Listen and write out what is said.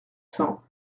cents